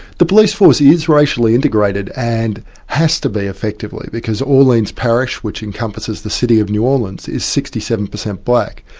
the police force is racially integrated and has to be effectively, because orleans parish which encompasses the city of new orleans, is sixty seven percent black,